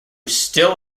still